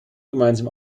gemeinsam